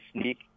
sneak